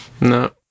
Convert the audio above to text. No